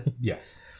Yes